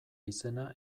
izena